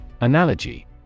Analogy